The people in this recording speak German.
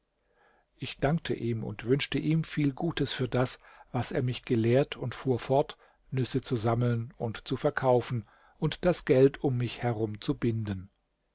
ich dankte ihm und wünschte ihm viel gutes für das was er mich gelehrt und fuhr fort nüsse zu sammeln und zu verkaufen und das geld um mich herum zu binden